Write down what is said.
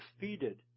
defeated